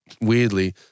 weirdly